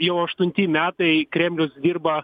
jau aštunti metai kremlius dirba